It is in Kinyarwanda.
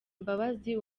imbabazi